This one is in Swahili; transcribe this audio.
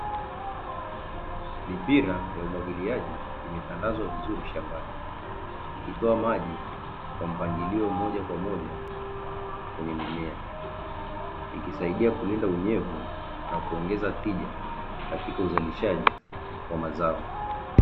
Mipira ya umwagiliaji imetandwaza vizuri shambani, ikitoa maji kwa mpangilio moja kwa moja kwenye mimea, ikisaidia kulinda unyevu na kuongeza tija katika uzalishaji wa mazao.